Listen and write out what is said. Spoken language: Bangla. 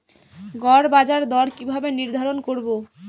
গড় বাজার দর কিভাবে নির্ধারণ করব?